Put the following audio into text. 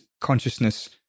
consciousness